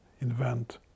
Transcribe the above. invent